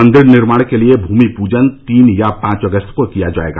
मंदिर निर्माण के लिए भूमि पूजन तीन या पांच अगस्त को किया जाएगा